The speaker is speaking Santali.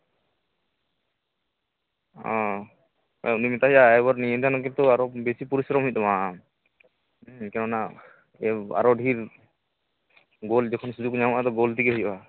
ᱚ ᱩᱱᱤ ᱢᱮᱛᱟᱭ ᱦᱩᱭᱩᱜᱼᱟ ᱱᱤᱭᱟᱹᱵᱟᱨ ᱫᱚ ᱠᱤᱱᱛᱩ ᱵᱮᱥᱤ ᱯᱚᱨᱤᱥᱨᱚᱢ ᱦᱩᱭᱩᱜ ᱛᱟᱢᱟ ᱟᱢ ᱠᱮᱱᱚᱱᱟ ᱮᱭ ᱟᱨᱚ ᱰᱷᱮᱨ ᱜᱳᱞ ᱡᱚᱠᱷᱚᱱ ᱥᱩᱡᱳᱜᱽ ᱧᱟᱢᱚᱜᱼᱟ ᱛᱚᱠᱷᱚᱱ ᱫᱚ ᱜᱳᱞ ᱛᱮᱜᱮ ᱦᱩᱭᱩᱜᱼᱟ